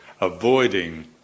avoiding